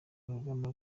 urugamba